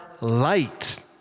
light